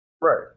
Right